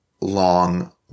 long